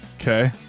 okay